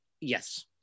Yes